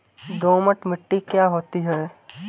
दोमट मिट्टी क्या होती हैं?